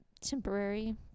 temporary